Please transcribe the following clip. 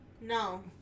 No